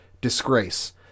Disgrace